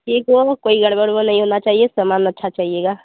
ठीक हो कोई गड़बड़ वरबर नहीं होना चाहिए सामान अच्छा चाहिएगा